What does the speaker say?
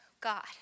God